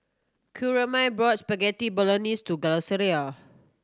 Coraima bought Spaghetti Bolognese for Graciela